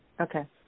Okay